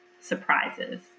surprises